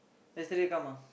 yesterday come ah